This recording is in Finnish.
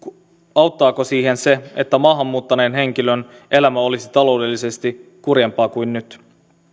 auttaako siihen se että maahan muuttaneen henkilön elämä olisi taloudellisesti kurjempaa kuin nyt